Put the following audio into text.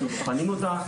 בוחנים אותה,